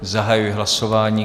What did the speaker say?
Zahajuji hlasování.